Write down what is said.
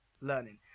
learning